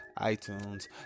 itunes